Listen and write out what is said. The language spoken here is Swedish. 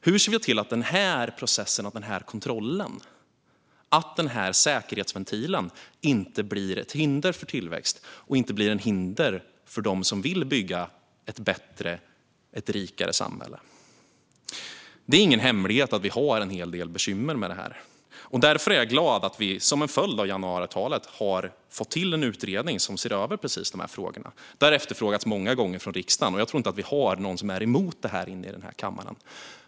Hur ser vi till att den säkerhetsventil som processen och kontrollen utgör inte blir ett hinder för tillväxt och inte blir ett hinder för den som vill bygga ett bättre och rikare samhälle? Det är ingen hemlighet att vi har en hel del bekymmer med detta, och därför är jag glad att vi som en följd av januariavtalet har fått till en utredning som ser över precis de här frågorna. Det har efterfrågats många gånger från riksdagen, och jag tror inte att någon här i kammaren är emot det.